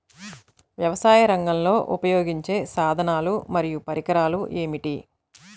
వ్యవసాయరంగంలో ఉపయోగించే సాధనాలు మరియు పరికరాలు ఏమిటీ?